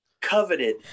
coveted